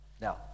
Now